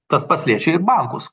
tas pats liečia ir bankus